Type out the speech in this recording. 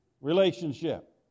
relationship